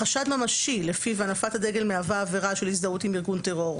חשד ממשי לפיו הנפת הדגל מהווה עבירה של הזדהות עם ארגון טרור,